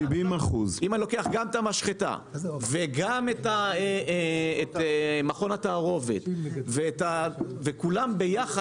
70%. אם אני לוקח גם את המשחטה וגם את מכון התערובת וכולם ביחד,